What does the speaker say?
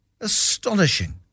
Astonishing